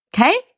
Okay